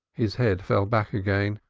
his head fell back again.